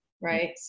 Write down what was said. right